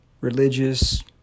religious